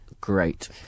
great